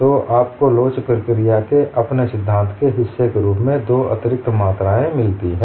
तो आपको लोच प्रक्रिया के अपने सिद्धांत के हिस्से के रूप में दो अतिरिक्त मात्राएं मिलती हैं